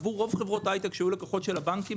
עבור רוב חברות ההייטק שהיו לקוחות של הבנקים